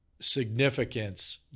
significance